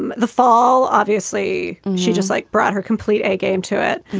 and the fall, obviously, she just like brought her complete a-game to it.